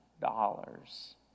dollars